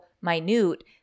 minute